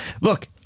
look